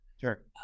Sure